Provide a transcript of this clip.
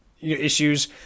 issues